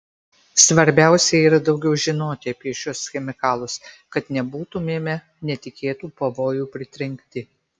svarbiausia yra daugiau žinoti apie šiuos chemikalus kad nebūtumėme netikėtų pavojų pritrenkti